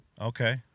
Okay